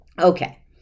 Okay